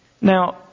Now